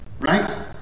Right